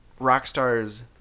Rockstar's